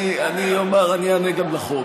אני אענה גם לחוק,